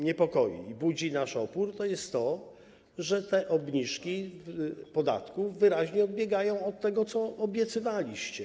Niepokoi nas i budzi nasz opór to, że te obniżki podatków wyraźnie odbiegają od tego, co obiecywaliście.